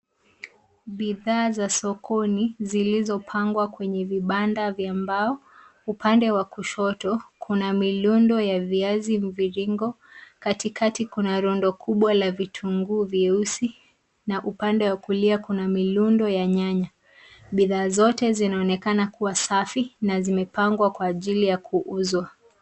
Bidhaa za sokoni zilizopangwa kwenye vibanda vya mbao. Upande wa kushoto, kuna mirundo ya viazi mviringo, katikati kuna rundo kubwa la vitunguu vyeusi na upande wa kulia kuna mirundo ya nyanya. Bidhaa zote zinaonekana kuwa safi na zimepangwa kwa ajili ya kuuzwa.